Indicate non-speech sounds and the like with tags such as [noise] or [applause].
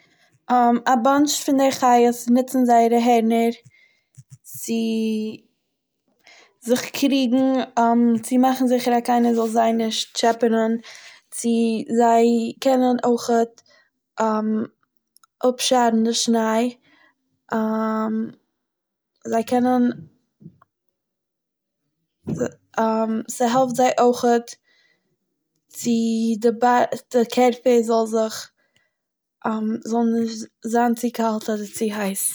[hesitation] א באנטש פון דעי חיות נוצן זייערע הערנען צו זיך קריגן [hesitation] צו מאכן זיכער אז קיינער זאל זיי נישט טשעפענען צו, זיי קענען אויכעט אפשארן די שניי [hesitation] זיי קענען [hesitation] ס'העלפט זיי אויכעט צו דע- בא- דער קערפער זאל זיך, [hesitation] זאל נישט זיין צו קאלט אדער צו הייס.